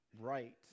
right